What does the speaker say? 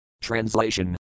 TRANSLATION